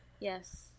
Yes